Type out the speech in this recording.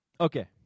Okay